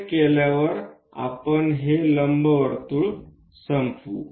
असे केल्यावर आपण हे लंबवर्तुळ संपवू